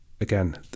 again